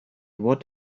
what